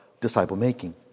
disciple-making